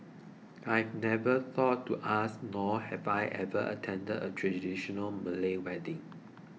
I had never thought to ask nor had I ever attended a traditional Malay wedding